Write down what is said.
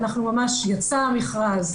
ממש יצא המכרז,